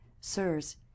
Sirs